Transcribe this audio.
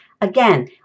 Again